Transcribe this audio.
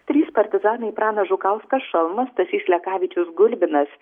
trys partizanai pranas žukauskas šalmas stasys lekavičius gulbinas